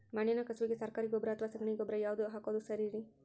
ಮಣ್ಣಿನ ಕಸುವಿಗೆ ಸರಕಾರಿ ಗೊಬ್ಬರ ಅಥವಾ ಸಗಣಿ ಗೊಬ್ಬರ ಯಾವ್ದು ಹಾಕೋದು ಸರೇರಿ?